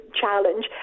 challenge